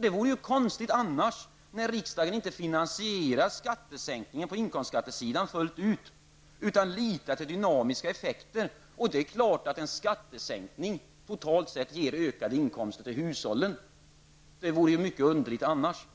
Det vore ju konstigt annars när riksdagen inte finansierar skattesäkningen på inkomstsidan fullt ut utan litar till dynamiska effekter. Det är klart att en skattesänkning totalt sett ger ökade inkomster till hushållen. Det vore mycket underligt annars.